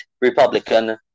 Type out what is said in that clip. Republican